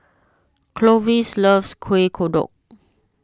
Clovis loves Kueh Kodok